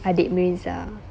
adik mirza